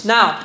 Now